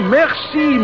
merci